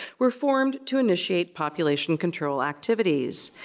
were formed to initiate population control activities.